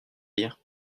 dire